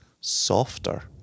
Softer